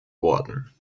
worden